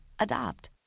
Adopt